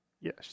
Yes